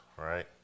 right